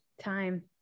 Time